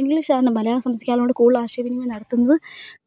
ഇംഗ്ലീഷാണ് മലയാളം സംസാരിക്കാത്തതുകൊണ്ട് കൂടുതൽ ആശയവിനിയം നടത്തുന്നത്